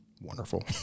wonderful